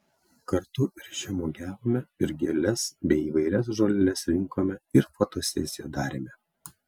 kartu ir žemuogiavome ir gėles bei įvairias žoleles rinkome ir fotosesiją darėme